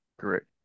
Correct